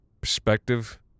Perspective